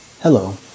Hello